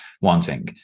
wanting